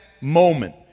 moment